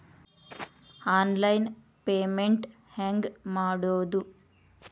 Online payment ಹೆಂಗ್ ಮಾಡೋದು?